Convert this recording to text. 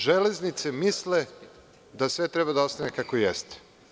Železnice“ misle da sve treba da ostane kako jeste.